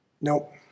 Nope